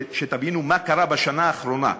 שתבינו מה קרה בשנה האחרונה,